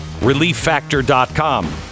Relieffactor.com